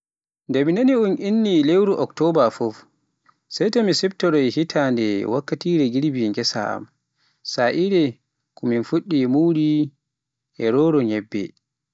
Nde mi nani un inni ni lewru Oktoba fuf sai to mi siftoroy hitande wakkatire girbi ghessa am, sa'aire ko min fuɗɗata muri e roro nyebbe.